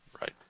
Right